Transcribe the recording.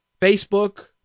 Facebook